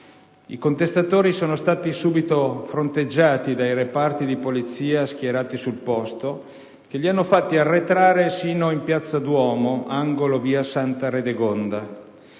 I contestatori sono stati subito fronteggiati dai reparti di polizia schierati sul posto, che li hanno fatti arretrare sino in piazza Duomo, angolo via Santa Radegonda.